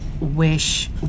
wish